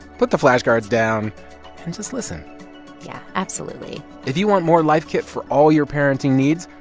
put the flashcards down and just listen yeah, absolutely if you want more life kit for all your parenting needs,